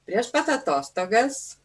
prieš pat atostogas